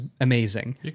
amazing